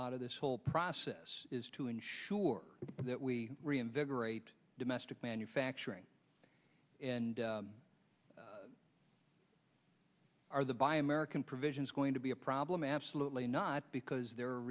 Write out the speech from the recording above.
out of this whole process is to ensure that we reinvigorate domestic manufacturing and are the buy american provision is going to be a problem absolutely not because there a